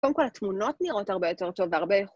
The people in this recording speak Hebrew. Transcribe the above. ‫קודם כול, התמונות נראות ‫הרבה יותר טוב בהרבה.